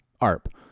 Arp